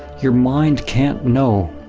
your mind can't know.